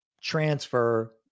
transfer